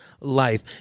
life